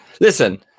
Listen